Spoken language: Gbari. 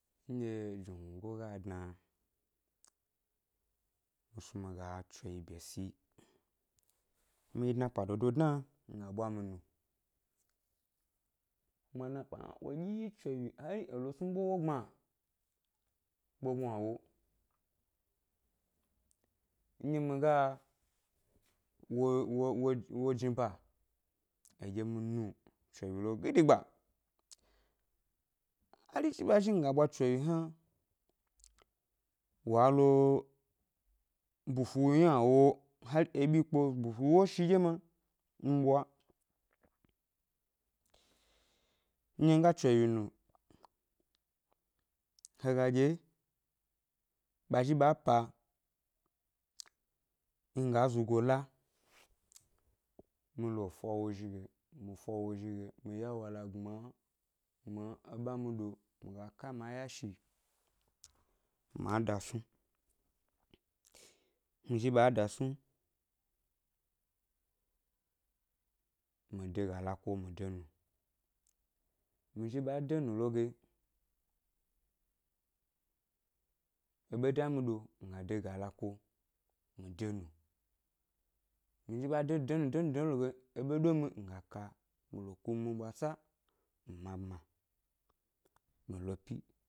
Nɗye jnungo ga dna, mi snu mi ga chewyi ʻbye si, mi yi dnapa dodo dna mi ɓwa mi nu, kuma dnapa hna wo ɗyi chewyi hari è lo snunbo wogbma kpe gnuawo, nɗye mi ga wo wo ow wo wo jniba, heɗye mi nu chewyi lo gidigba, hari zhi ɓa zhi nga ɓwa chewyi hna wa lo bufu ynawo hari ebyi yi kpo, bufu ɗye ma mi ɓwa, nɗye mi ga chewyi nu, he ga ɗye ɓa zhi ɓa pa, nga zugo la mi lo fa wo ʻzhi ge mi fa wo zhi ge mi ya wala gbma gbma e ɓe a mi ɗo, mi ga ka ma yashi ma da snu, mizhi ɓa dasnu, mi de ga la kuo mi de nu, mi zhi ɓa de nu lo ge, eɓe da mi ɗo, mi ga de ga la kuo mi, de nu, mizhi ɓa denu denu denu de nu lo ge, mi ga ka mi lo ku mi ɓwasa, mi ma bma, mi lo ʻpyi.